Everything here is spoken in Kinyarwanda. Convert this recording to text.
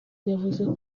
yavuze